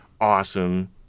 awesome